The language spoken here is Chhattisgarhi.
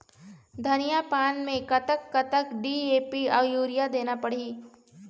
धनिया पान मे कतक कतक डी.ए.पी अऊ यूरिया देना पड़ही?